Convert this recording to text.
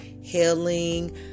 healing